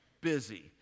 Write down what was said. busy